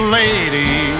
lady